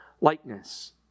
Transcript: likeness